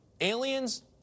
aliens